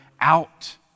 out